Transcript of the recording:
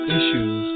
issues